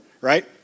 right